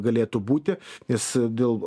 galėtų būti nes dėl